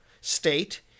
state